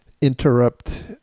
interrupt